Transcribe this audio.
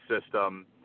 system